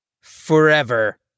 forever